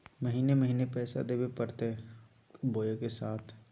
महीने महीने पैसा देवे परते बोया एके साथ?